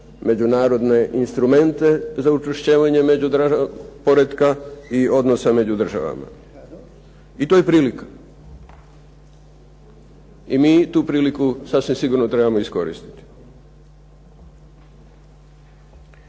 međunarodne instrumente za učvrščivanje međudržavnog poretka i odnosa među državama. I to je prilika. I mi tu priliku sasvim sigurno trebamo iskoristiti.